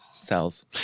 cells